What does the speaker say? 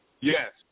Yes